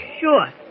sure